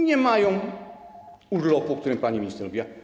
Nie mają urlopu, o którym pani minister mówiła.